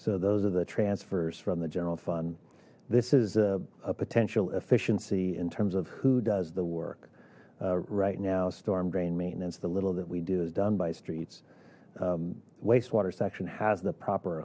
so those are the transfers from the general fund this is a potential efficiency in terms of who does the work right now storm drain maintenance the little that we do is done by streets wastewater section has the proper